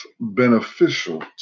beneficial